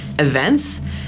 events